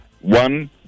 One